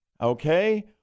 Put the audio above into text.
Okay